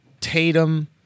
Tatum